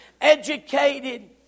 educated